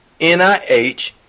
NIH